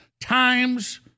times